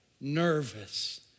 nervous